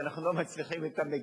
שאנחנו לא מצליחים אתן,